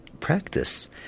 practice